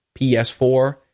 PS4